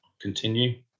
continue